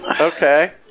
Okay